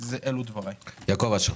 יעקב אשר.